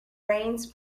rains